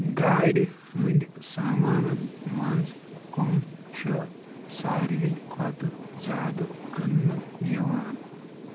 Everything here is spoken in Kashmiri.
گاڑِ ہٕنٛدۍ سامانن منٛز کم چھِ ساروی کھۄتہٕ زیادٕ کٕننہٕ یِوان